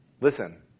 Listen